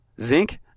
zinc